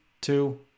two